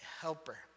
helper